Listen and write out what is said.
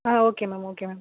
ah okay ma'am okay ma'am